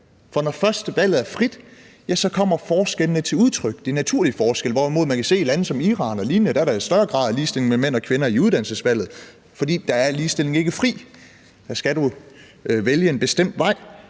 for når først valget er frit, kommer forskellene til udtryk, altså de naturlige forskelle. I lande som Iran og lignende er der en større grad af ligestilling mellem mænd og kvinder i uddannelsesvalget, for der er ligestillingen ikke fri, da man dér skal vælge en bestemt vej,